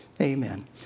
Amen